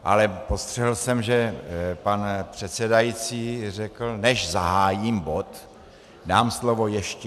Ale postřehl jsem, že pan předsedající řekl, než zahájím bod, dám slovo ještě...